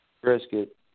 brisket